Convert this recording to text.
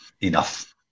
enough